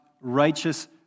righteous